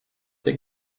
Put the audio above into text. der